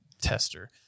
tester